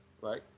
right